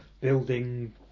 building